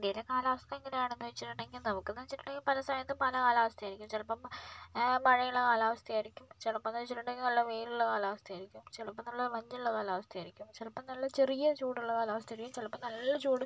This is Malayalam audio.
ഇന്ത്യയിലെ കാലാവസ്ഥ എങ്ങനെയാണെന്ന് വെച്ചിട്ടുണ്ടെങ്കിൽ നമുക്കെന്ന് വെച്ചിട്ടിണ്ടെങ്കിൽ പല സ്ഥലത്തും പല കാലാവസ്ഥയായിരിക്കും ചിലപ്പം മഴയുള്ള കാലാവസ്ഥയായിരിക്കും ചിലപ്പോളെന്ന് വെച്ചിട്ടുണ്ടെങ്കിൽ നല്ല വെയിലുള്ള കാലാവസ്ഥയായിരിക്കും ചിലപ്പോൾ നല്ല മഞ്ഞുള്ള കാലാവസ്ഥയായിരിക്കും ചിലപ്പോൾ നല്ല ചെറിയ ചൂടുള്ള കാലാവസ്ഥയായിരിക്കും ചിലപ്പോൾ നല്ല ചൂട്